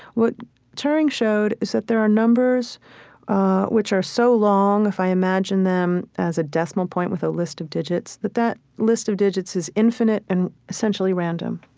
what turing showed is that there are numbers which are so long that if i imagined them as a decimal point with a list of digits. that that list of digits is infinite and essentially random.